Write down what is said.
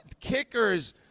kickers